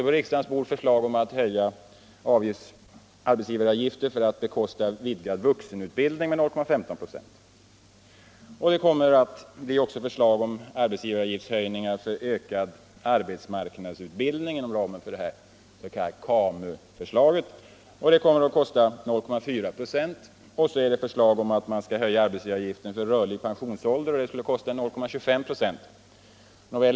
På riksdagens bord ligger också förslag om höjning av arbetsgivaravgifter för att bekosta vidgad vuxenutbildning, 0,15 96, liksom till arbetsgivaravgifter för ökad arbetsmarknadsutbildning inom ramen för KAMU-projektet, 0,4 96. Slutligen föreslås höjning av arbetsgivaravgiften för att finansiera en rörlig pensionsålder, vilket kostar 0,25 96.